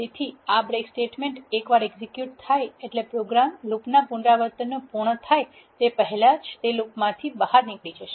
તેથી આ break statement એકવાર એક્ઝેક્યુટ થાય એટલે પ્રોગ્રામ લુપના પુનરાવર્તનો પૂર્ણ થાય તે પહેલાં તે લુપ માંથી બહાર નિકળી જશે